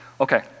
Okay